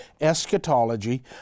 eschatology